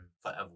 forever